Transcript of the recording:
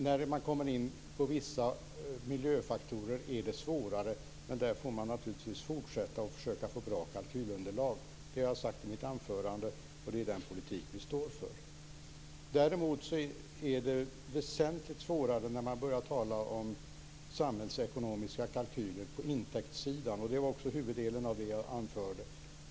När man kommer in på vissa andra miljöfaktorer är det svårare, men där får man naturligtvis fortsätta och försöka få bra kalkylunderlag. Det har jag sagt i mitt anförande, och det är den politik vi står för. Däremot är det väsentligt svårare när man börjar tala om samhällsekonomiska kalkyler på intäktssidan. Det var också huvuddelen i det jag anförde.